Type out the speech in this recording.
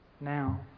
now